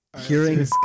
Hearing